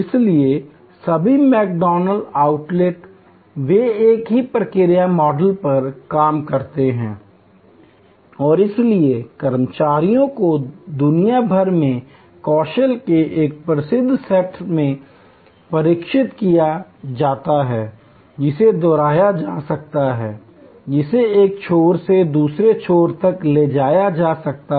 इसलिए सभी McDonald's outlet वे एक ही प्रक्रिया मॉडल पर काम करते हैं और इसलिए कर्मचारियों को दुनिया भर में कौशल के एक प्रमुख सेट में प्रशिक्षित किया जाता है जिसे दोहराया जा सकता है जिसे एक छोर से दूसरे छोर तक ले जाया जा सकता है